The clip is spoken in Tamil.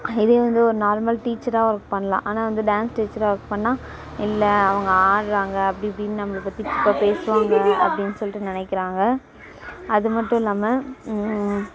இதே வந்து ஒரு நார்மல் டீச்சராக ஒர்க் பண்ணலாம் ஆனால் வந்து டான்ஸ் டீச்சராக ஒர்க் பண்ணால் இல்லை அவங்க ஆடுறாங்க அப்படி இப்படின்னு நம்மளை பற்றி தப்பாக பேசுவாங்க அப்படின்னு சொல்லிட்டு நினைக்கிறாங்க அது மட்டும் இல்லாமல்